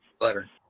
letter